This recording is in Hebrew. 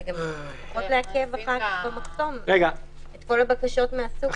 זה פחות לעכב אחר כך במחסום את כל הבקשות מהסוג הזה.